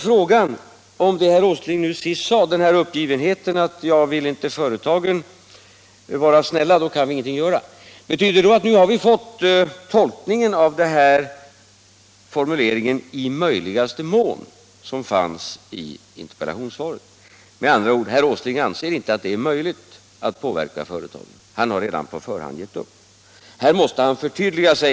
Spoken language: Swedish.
Betyder detta att vi nu har fått tolkningen av formuleringen ”i möjligaste mån” i interpellationssvaret? Med andra ord anser herr Åsling det inte möjligt att påverka företagen, han har redan på förhand gett upp. Här måste han förtydliga sig.